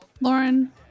Lauren